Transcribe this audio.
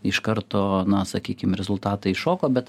iš karto na sakykim rezultatai šoko bet